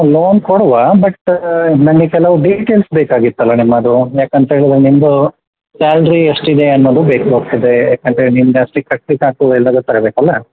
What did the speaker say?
loan ಕೊಡುವ but ನನಗೆ ಕೆಲವು ಡೀಟೇಲ್ಸ್ ಬೇಕಾಗಿತ್ತಲ್ಲ ನಿಮ್ಮದು ಯಾಕಂತ ಹೇಳಿದ್ರೆ ನಿಮ್ದು ಸ್ಯಾಲ್ರಿ ಎಷ್ಟಿದೆ ಅನ್ನೋದು ಬೇಕಾಗ್ತದೆ ಯಾಕಂದ್ರೆ ನಿಮ್ಗೆ ಜಾಸ್ತಿ ಕಟ್ಲಿಕ್ಕಾಗ್ತದೋ ಇಲ್ವೋ ಗೊತ್ತಾಗಬೇಕಲ್ಲ